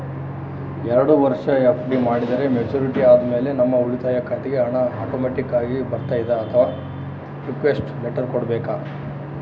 ಎರಡು ವರುಷ ಎಫ್.ಡಿ ಮಾಡಿದರೆ ಮೆಚ್ಯೂರಿಟಿ ಆದಮೇಲೆ ನಮ್ಮ ಉಳಿತಾಯ ಖಾತೆಗೆ ಹಣ ಆಟೋಮ್ಯಾಟಿಕ್ ಆಗಿ ಬರ್ತೈತಾ ಅಥವಾ ರಿಕ್ವೆಸ್ಟ್ ಲೆಟರ್ ಕೊಡಬೇಕಾ?